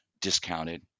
discounted